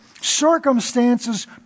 Circumstances